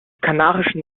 kanarischen